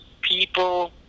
People